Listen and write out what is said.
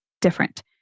different